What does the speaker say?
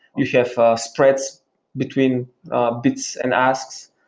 you have spreads between bits and asks.